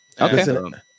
Okay